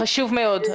חשוב מאוד.